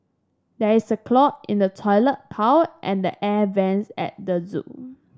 there is a clog in the toilet pipe and the air vent at the zoo